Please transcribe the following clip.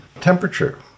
temperature